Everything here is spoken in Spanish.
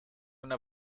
una